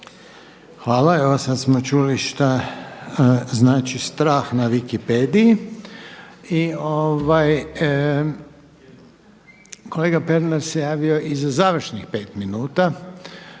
Hvala. Evo sad smo čuli šta znači strah na Wikipediji. Kolega Pernar se javio i za završnih pet minuta.